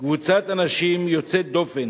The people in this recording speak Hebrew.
קבוצת אנשים יוצאת-דופן,